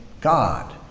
God